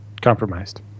compromised